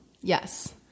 yes